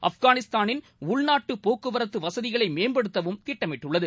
ஆப்கானிஸ்தானின் உள்நாட்டு போக்குவரத்து வசதிகளை மேம்படுத்தவும் திட்டமிட்டுள்ளது